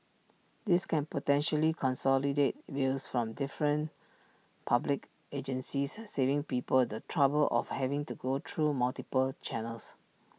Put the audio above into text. this can potentially consolidate bills from different public agencies saving people the trouble of having to go through multiple channels